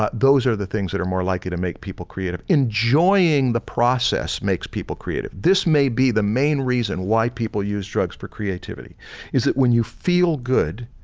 ah those are the things that are more likely to make people creative. enjoying the process makes people creative. this may be the main reason why people use drugs for creativity is that when you feel good,